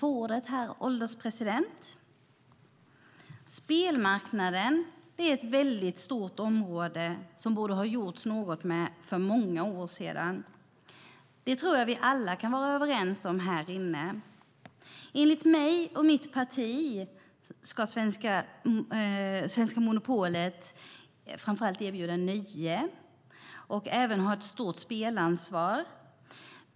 Herr ålderspresident! Spelmarknaden är ett stort område som det borde ha gjorts något med för många år sedan. Det kan vi nog alla vara överens om här inne. Enligt mig och mitt parti ska det svenska monopolet framför allt erbjuda nöje och även visa ett stort spelansvar.